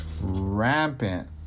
rampant